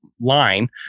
line